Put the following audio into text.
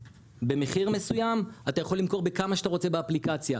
במחיר מסוים אתה יכול למכור בכמה שאתה רוצה באפליקציה,